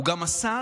הוא גם השר,